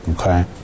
Okay